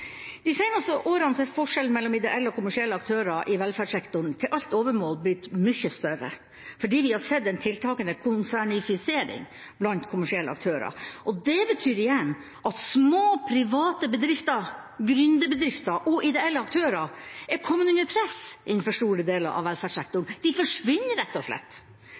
De seineste årene er forskjellen mellom ideelle og kommersielle aktører i velferdssektoren til alt overmål blitt mye større, fordi vi har sett en tiltagende konsernifisering blant kommersielle aktører. Det betyr igjen at små, private bedrifter, gründerbedrifter og ideelle aktører er kommet under press innenfor store deler av velferdssektoren. De forsvinner, rett og slett.